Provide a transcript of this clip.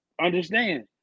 understand